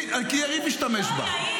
כי יריב השתמש בו.